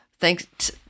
thanks